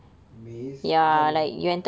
maze kat sana ah